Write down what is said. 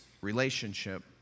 relationship